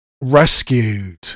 rescued